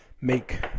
make